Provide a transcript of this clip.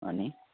अनि